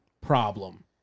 problem